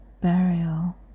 burial